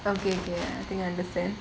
okay okay I think I understand